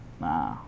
nah